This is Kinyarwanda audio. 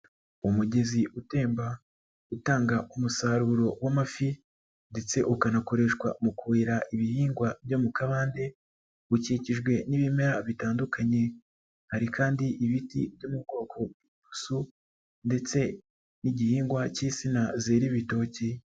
Umugezi utemba utanga ku musaruro w'amafi ndetse ukanakoreshwa mu kuhira ibihingwa byo mu kabande ukikijwe n'ibimera bitandukanye, hari kandi ibiti byo mu bwoko bw'inturusu ndetse n'igihingwa cy'insina zera ibitoki.